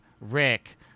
Rick